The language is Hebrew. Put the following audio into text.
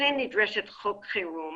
ולכן נדרש חוק חירום